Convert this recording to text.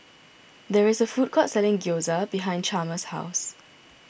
there is a food court selling Gyoza behind Chalmers' house